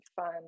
fun